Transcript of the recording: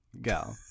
Go